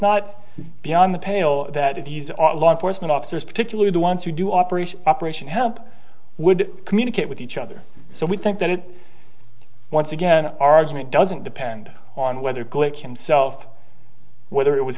not beyond the pale that these are law enforcement officers particularly the ones who do operation operation help would communicate with each other so we think that it once again argument doesn't depend on whether